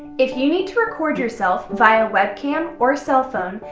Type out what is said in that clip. if you need to record yourself via webcam or cell phone,